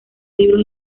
libros